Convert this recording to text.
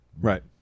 Right